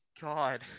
god